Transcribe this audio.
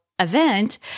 Event